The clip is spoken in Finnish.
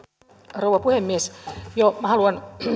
rouva puhemies haluan